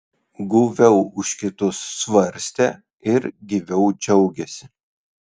guviau už kitus svarstė ir gyviau džiaugėsi